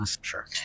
Sure